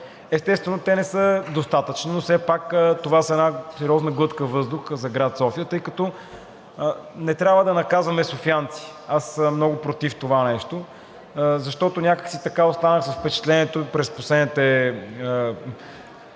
74 милиона. Те не са достатъчни, но все пак това е една сериозна глътка въздух за град София, тъй като не трябва да наказваме софиянци – аз съм много против това нещо, защото някак си така останах с впечатлението през последните